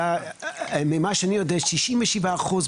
לדעתך מנחת בהיקף כזה בעצם אומר שאי-אפשר